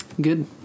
Good